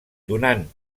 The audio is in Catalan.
donant